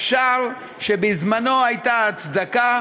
אפשר שבזמנה הייתה הצדקה